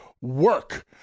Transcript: work